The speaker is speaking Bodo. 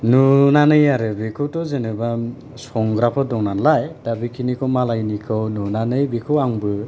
नुनानै आरो बेखौथ' जेनेबा संग्राफोर दं नालाय बेखिनिखौ मालायनिखौ नुनानै बेखौ आंबो